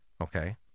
okay